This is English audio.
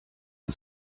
had